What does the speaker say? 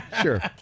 Sure